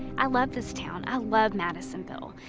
i love this town. i love madisonville,